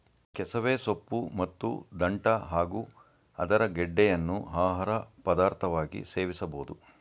ಕೆಸವೆ ಸೊಪ್ಪು ಮತ್ತು ದಂಟ್ಟ ಹಾಗೂ ಅದರ ಗೆಡ್ಡೆಯನ್ನು ಆಹಾರ ಪದಾರ್ಥವಾಗಿ ಸೇವಿಸಬೋದು